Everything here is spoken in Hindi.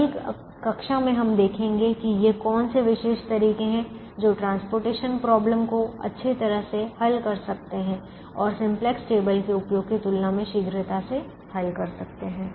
अगली कक्षा में हम देखेंगे कि ये कौन से विशेष तरीके हैं जो परिवहन समस्या को अच्छी तरह से हल कर सकते हैं और सिंपलेक्स टेबल के उपयोग की तुलना में शीघ्रता से हल कर सकते हैं